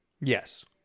Yes